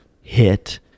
hit